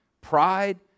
pride